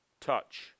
Touch